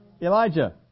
Elijah